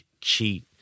cheat